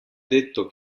detto